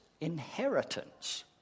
inheritance